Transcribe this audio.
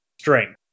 strength